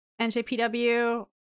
NJPW